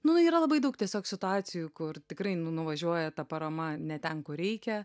nu yra labai daug tiesiog situacijų kur tikrai nu nuvažiuoja ta parama ne ten kur reikia